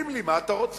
אומרים לי: מה אתה רוצה?